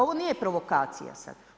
Ovo nije provokacija sad.